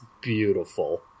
beautiful